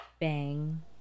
Bang